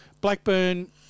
Blackburn